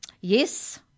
Yes